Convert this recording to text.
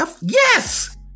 yes